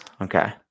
Okay